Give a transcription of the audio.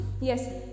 yes